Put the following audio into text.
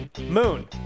Moon